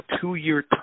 two-year